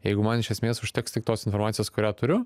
jeigu man iš esmės užteks tik tos informacijos kurią turiu